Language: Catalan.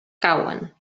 cauen